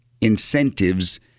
incentives